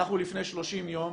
לפני 30 יום